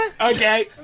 Okay